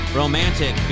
romantic